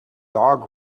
dog